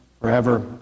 forever